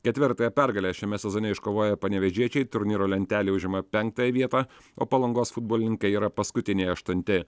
ketvirtąją pergalę šiame sezone iškovoję panevėžiečiai turnyro lentelėj užima penktąją vietą o palangos futbolininkai yra paskutiniai aštunti